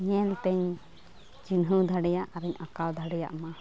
ᱧᱮᱞᱛᱮᱧ ᱪᱤᱱᱦᱟᱹᱣ ᱫᱟᱲᱤᱭᱟᱜ ᱟᱨᱤᱧ ᱟᱸᱠᱟᱣ ᱫᱷᱟᱲᱮᱭᱟᱜ ᱢᱟ